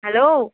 hello